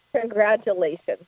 Congratulations